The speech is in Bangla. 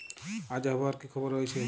আজ আবহাওয়ার কি খবর রয়েছে?